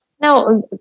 now